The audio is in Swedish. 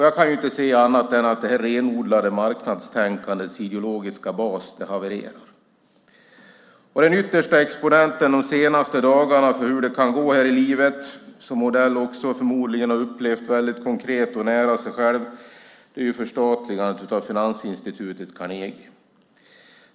Jag kan inte se annat än att det renodlade marknadstänkandets ideologiska bas havererar. Den yttersta exponenten de senaste dagarna för hur det kan gå här i livet, vilket Odell förmodligen också har upplevt väldigt konkret och nära sig själv, är förstatligandet av finansinstitutet Carnegie.